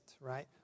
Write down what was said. right